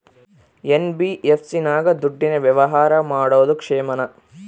NBFC ನಾಗ ದುಡ್ಡಿನ ವ್ಯವಹಾರ ಮಾಡೋದು ಕ್ಷೇಮಾನ?